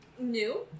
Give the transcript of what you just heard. new